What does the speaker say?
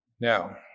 Now